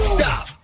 Stop